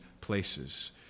places